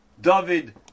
David